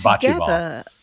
Together